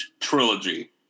trilogy